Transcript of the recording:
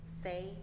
say